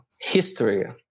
history